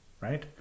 right